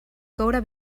coure